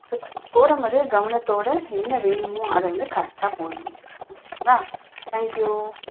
so போடும்போதே கவனத்தோடு என்ன வேணுமோ அதை வந்து கரெக்டாக போடணும் ஓகேங்களா தேங்க் யூ